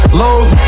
lows